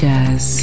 Jazz